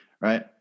right